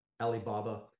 alibaba